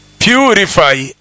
Purify